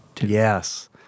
Yes